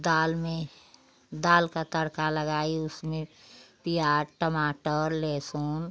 दाल में दाल का तड़का लगाई उसमें प्याज़ टमाटर लहसुन